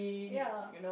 ya